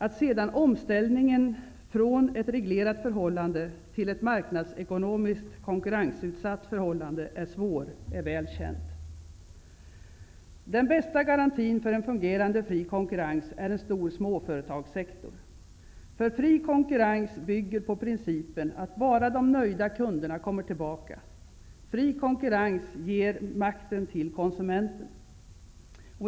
Att sedan omställningen från ett reglerat förhållande till ett marknadsekonomiskt och konkurrensutsatt förhållande är svår är väl känt. Den bästa garantin för en fungerande fri konkurrens är en stor småföretagssektor. För fri konkurrens bygger på principen att bara de nöjda kunderna kommer tillbaka. Fri konkurrens ger makten till konsumenterna.